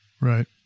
right